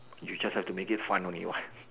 you just have to make it fun only what